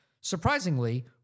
Surprisingly